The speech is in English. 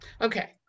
Okay